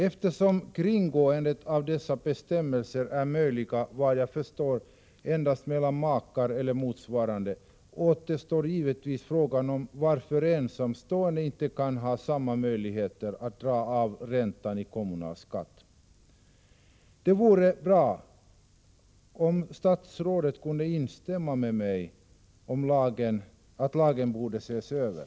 Eftersom ett kringgående av bestämmelserna såvitt jag förstår är möjligt endast mellan makar eller motsvarande, återstår givetvis frågan varför inte ensamstående skall ha samma möjligheter att dra av räntan i kommunalskatten. Det vore bra om statsrådet kunde instämma med mig i att lagen borde ses över.